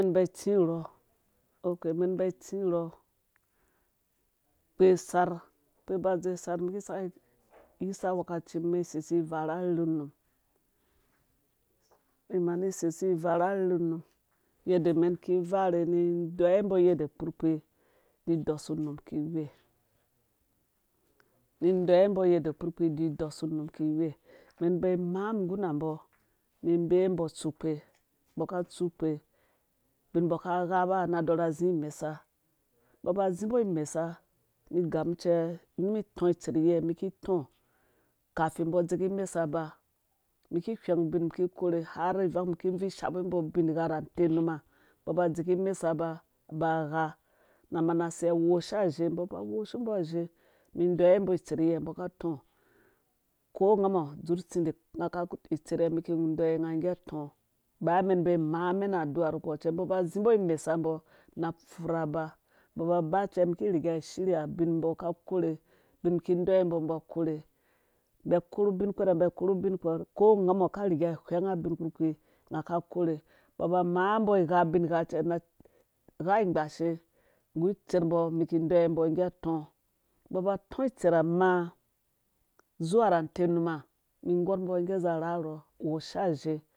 Umɛn iba itsu urhɔ ukpe sar ukpɔ ba dze usar umum sai iyisa awakacim umɛn isesi ivara arherhe num ni mani seisi ivara arherhe num yede umɛn ki wɛ ni indeyiwe umbɔ yede kpurkpi didɔsu unum ki iwe umum iba imaam ngguna ngguna umbɔ ni ibee umbɔ itsukpe umbɔ ka tsukpɛ ubin umbɔ ka igha ba na adɔra azi imesa umbɔ ba azimbo imesa umum igamum cɛ ni itɔ itseryɛ umum igamum cɛ ni itɔ itseryɛ umum ki itɔ kafin umbɔ adzeki imasa aba ki ihweng ubin ki ikore har ivang ki ibvui ishaba umbo ubngha ra atenuma umbɔ aba adze ki imesa aba ba agha na mana awosha ache umbɔ aba awoshumbɔ azhee umum indeyiwe umbɔ itser yirye umbɔ ka itɔ̃ ko unga mɔ adzur utsidi ung aka itser yɛ umum ki ideyi we unge gɛ tɔ̃ baya umɛn iba imaamɛn adua ukpɔ cɛ umbɔ aba azimbɔ aba ba cɛ umum ki riga shirya ubin kideyiwe umbɔ umbɔ kore umbi akoru ubin kpɛrɛ umbe akoru ubin kpɛrɛ ko ungamɔ ka riga ahwɛnga ubin kpurkpi ungo ikore umbɔ aba amaambo igha ubingha cɛ umbɔ agha ingbaashe nggu itsermbɔ umum iki ideyiwe umbɔ ge atɔ umbɔ aba atɔ itsera amaa zuwa ra te numa umum ingɔr umbɔ uge za arharhɔ woshaazhe